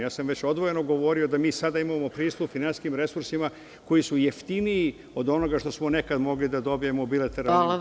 Ja sam već odvojeno govorio da mi sada imamo pristup finansijskim resursima koji su jeftiniji od onoga što smo nekad mogli da dobijemo u bilateralnim izvorima.